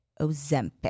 Ozempic